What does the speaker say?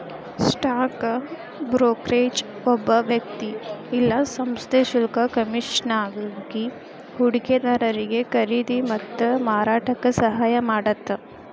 stock brokerage ಒಬ್ಬ ವ್ಯಕ್ತಿ ಇಲ್ಲಾ ಸಂಸ್ಥೆ ಶುಲ್ಕ ಕಮಿಷನ್ಗಾಗಿ ಹೂಡಿಕೆದಾರಿಗಿ ಖರೇದಿ ಮತ್ತ ಮಾರಾಟಕ್ಕ ಸಹಾಯ ಮಾಡತ್ತ